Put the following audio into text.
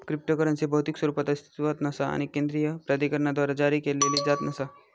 cryptocurrency भौतिक स्वरूपात अस्तित्वात नसा आणि केंद्रीय प्राधिकरणाद्वारा जारी केला जात नसा